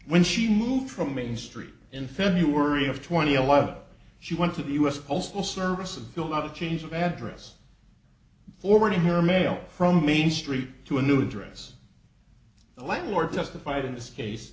when she moved from main street in feb of twenty alive she went to the us postal service and fill out a change of address forwarding her mail from main street to a new address the landlord testified in this case